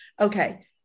Okay